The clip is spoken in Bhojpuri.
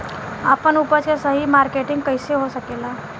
आपन उपज क सही मार्केटिंग कइसे हो सकेला?